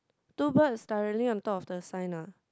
two birds directly on top of the sign lah